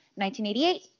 1988